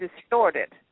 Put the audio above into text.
distorted